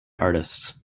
artists